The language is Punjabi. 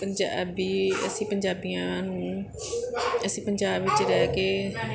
ਪੰਜਾਬੀ ਅਸੀਂ ਪੰਜਾਬੀਆਂ ਨੂੰ ਅਸੀਂ ਪੰਜਾਬ ਵਿੱਚ ਰਹਿ ਕੇ